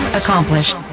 accomplished